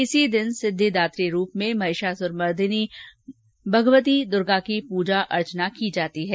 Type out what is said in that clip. इस दिन सिद्धिदात्री रूप में महिषासुरमर्दिनी भगवती दुर्गा की पूजा अर्चना की जाती है